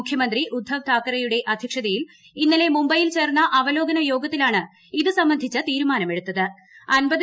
മുഖ്യമന്ത്രി ഉദ്ദവ് താക്കറെയുടെ അദ്ധ്യക്ഷതയിൽ ഇന്നലെ മുംബൈയിൽ ചേർന്ന അവലോകന യോഗത്തിലാണ് ഇതു സംബന്ധിച്ച തീരുമാനമെടുത്തത്